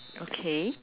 okay